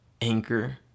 Anchor